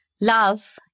Love